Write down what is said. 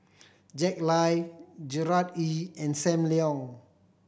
Jack Lai Gerard Ee and Sam Leong